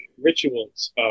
rituals